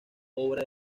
obra